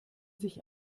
sich